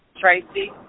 Tracy